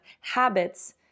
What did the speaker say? habits